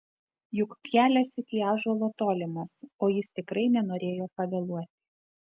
juk kelias iki ąžuolo tolimas o jis tikrai nenorėjo pavėluoti